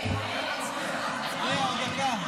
בבקשה.